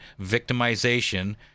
victimization